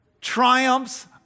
triumphs